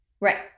Right